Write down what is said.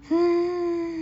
hmm